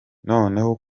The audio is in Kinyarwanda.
noneho